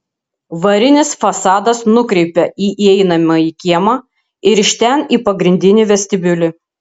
varinis fasadas nukreipia į įeinamąjį kiemą ir iš ten į pagrindinį vestibiulį